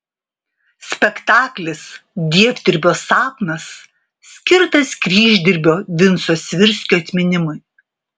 spektaklis dievdirbio sapnas skirtas kryždirbio vinco svirskio atminimui